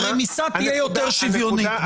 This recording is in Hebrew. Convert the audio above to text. הרמיסה תהיה יותר שוויונית.